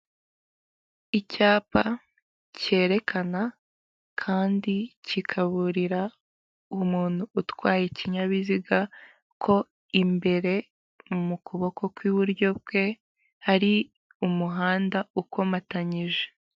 Icyapa cyerekana kandi kikaburira umuntu utwaye ikinyabiziga ko imbere mu kuboko kw'iburyo bwe hari umuhanda ukomatanyije.